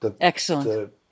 Excellent